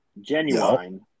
Genuine